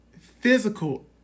physical